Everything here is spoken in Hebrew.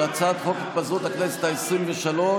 הצעת חוק התפזרות הכנסת העשרים-ושלוש,